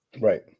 right